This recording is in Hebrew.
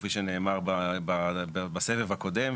כפי שנאמר בסבב הקודם,